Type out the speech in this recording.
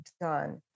done